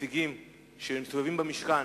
נציגים של המפונים שמסתובבים במשכן,